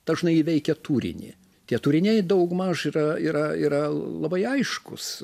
dažnai įveikia tūrinį tie kūriniai daugmaž yra yra yra labai aiškūs